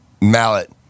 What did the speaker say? mallet